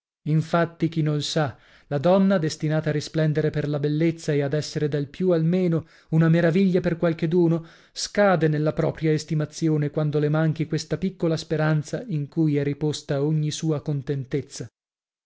infatti chi nol sa la donna destinata a risplendere per la bellezza e ad essere dal più al meno una meraviglia per qualcheduno scade nella propria estimazione quando le manchi questa piccola speranza in cui è riposta ogni sua contentezza